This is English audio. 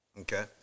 okay